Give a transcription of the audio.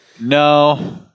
No